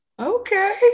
okay